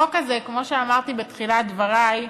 החוק הזה, כמו שאמרתי בתחילת דברי,